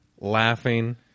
laughing